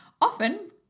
Often